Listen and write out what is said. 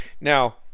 now